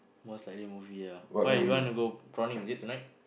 most likely movie ah why you want to go prawning is it tonight